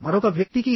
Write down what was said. మరొక వ్యక్తి కి